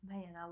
Man